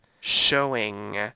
showing